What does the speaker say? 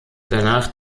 danach